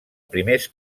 primers